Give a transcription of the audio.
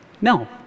No